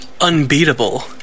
unbeatable